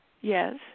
Yes